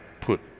put